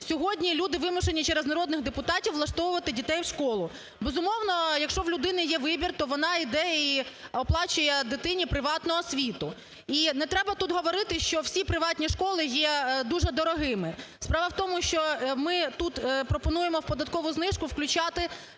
сьогодні люди вимушені через народних депутатів влаштовувати дітей в школу. Безумовно, якщо у людини є вибір, то вона йде і оплачує дитині приватну освіту. І не треба тут говорити, що всі приватні школи є дуже дорогими. Справа в тому, що ми тут пропонуємо в податкову знижку включати